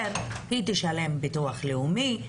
תשלם ביטוח לאומי.